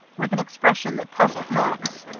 with an expression that puzzled max.